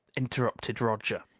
interrupted roger.